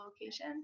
location